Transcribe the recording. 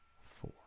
four